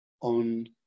on